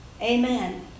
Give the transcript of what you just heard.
Amen